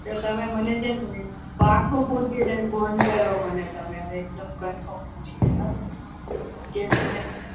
તો તમે મને છે ને પાક્કું પૂછીને ફોન કરો મને તમે હવે એકદમ કન્ફોમ પૂછીને હં ને કે તમે